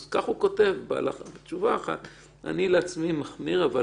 אז כך הוא כותב בתשובה אחת: אני לעצמי מחמיר אבל